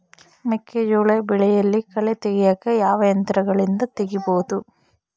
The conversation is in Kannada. ಮೆಕ್ಕೆಜೋಳ ಬೆಳೆಯಲ್ಲಿ ಕಳೆ ತೆಗಿಯಾಕ ಯಾವ ಯಂತ್ರಗಳಿಂದ ತೆಗಿಬಹುದು?